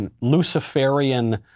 Luciferian